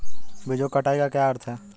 बीजों की कटाई का क्या अर्थ है?